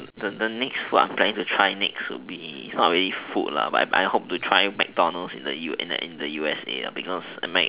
the the next food I'm planning to try next would be is not really food but I I hope to try mcdonalds in the in the U_S_A because mc~